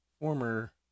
former